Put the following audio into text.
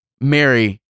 Mary